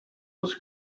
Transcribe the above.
was